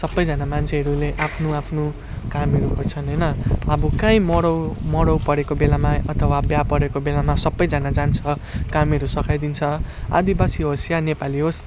सबैजना मान्छेहरूले आफ्नो आफ्नो कामहरू गर्छन् होइन अब कहीँ मरौ मरौ परेको बेलामा अथवा बिहा परेको बेलामा सबैजना जान्छ कामहरू सघाइदिन्छ आदिवासी होस् या नेपाली होस्